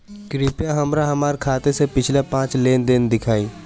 कृपया हमरा हमार खाते से पिछले पांच लेन देन दिखाइ